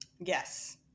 Yes